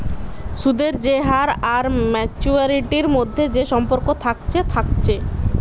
সুদের যে হার আর মাচুয়ারিটির মধ্যে যে সম্পর্ক থাকছে থাকছে